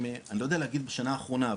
אני לא יודע להגיד בשנה האחרונה,